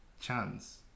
chance